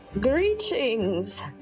Greetings